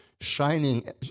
shining